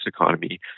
economy